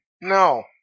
no